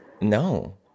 No